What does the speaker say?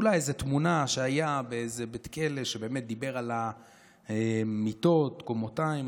אולי איזו תמונה שהוא היה באיזה בית כלא ודיבר על מיטות קומותיים,